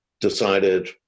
decided